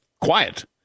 quiet